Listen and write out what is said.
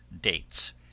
dates